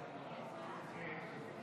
נמנעים.